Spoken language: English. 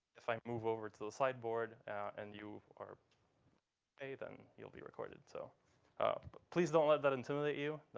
if i move over to the sideboard and you are a, then you'll be recorded. so please don't let that intimidate you.